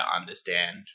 understand